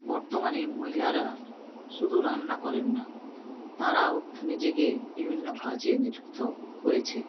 বর্তমানে মহিলারা শুধু রান্না করেন না তারাও নিজেকে বিভিন্ন কাজে নিযুক্ত করেছে